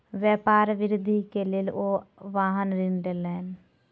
व्यापार वृद्धि के लेल ओ वाहन ऋण लेलैन